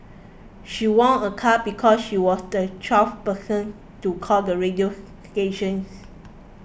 she won a car because she was the twelfth person to call the radio stations